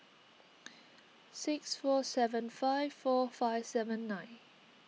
six four seven five four five seven nine